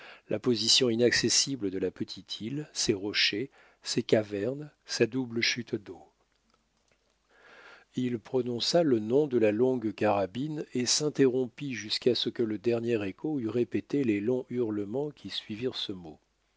la position inaccessible de la petite île ses rochers ses cavernes sa double chute d'eau il prononça le nom de la longue carabine et s'interrompit jusqu'à ce que le dernier écho eût répété les longs hurlements qui suivirent ce mot